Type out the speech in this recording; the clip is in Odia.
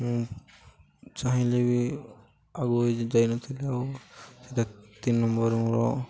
ମୁଁ ଚାହିଁଲେ ବି ଆଗକୁ ଏ ଯାଇନଥିଲି ଆଉ ସେଇଟା ତିନି ନମ୍ବର ମୋର